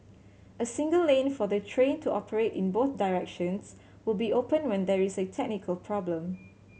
a single lane for the train to operate in both directions will be open when there is a technical problem